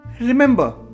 Remember